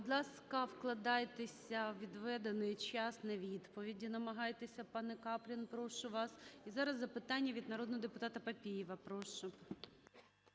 Будь ласка, вкладайтеся у відведений час на відповіді, намагайтеся, пане Каплін, прошу вас. І зараз запитання від народного депутата Папієва, прошу.